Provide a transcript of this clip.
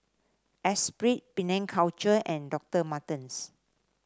Esprit Penang Culture and Doctor Martens